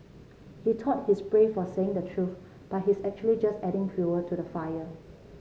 he thought he's brave for saying the truth but he's actually just adding fuel to the fire